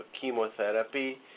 chemotherapy